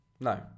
No